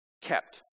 kept